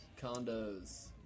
condos